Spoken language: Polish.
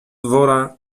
wora